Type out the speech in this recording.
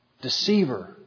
Deceiver